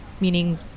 Meaning